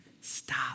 stop